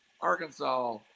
Arkansas